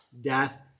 death